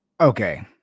Okay